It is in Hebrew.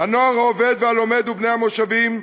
"הנוער העובד והלומד" ו"בני המושבים",